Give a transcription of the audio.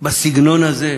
בסגנון הזה?